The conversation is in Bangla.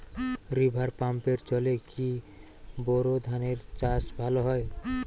রিভার পাম্পের জলে কি বোর ধানের চাষ ভালো হয়?